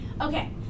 Okay